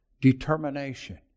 determination